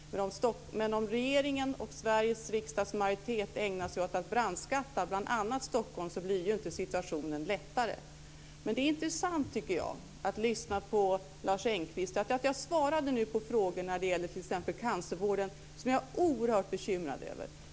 Men om regeringen och Sveriges riksdags majoritet ägnar sig åt att brandskatta bl.a. Stockholm blir ju inte situationen bättre, men det är intressant, tycker jag, att lyssna på Lars Engqvist. Jag svarade nu på frågor när det gäller t.ex. cancervården, som jag är oerhört bekymrad över.